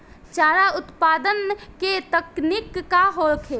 चारा उत्पादन के तकनीक का होखे?